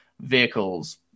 vehicles